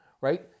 right